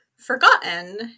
forgotten